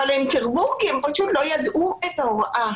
אבל הם סירבו כי הם פשוט לא ידעו את ההוראה.